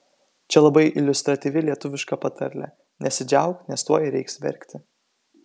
čia labai iliustratyvi lietuviška patarlė nesidžiauk nes tuoj reiks verkti